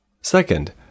Second